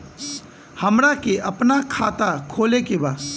हमरा के अपना खाता खोले के बा?